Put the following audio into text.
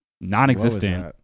non-existent